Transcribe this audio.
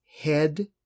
head